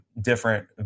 different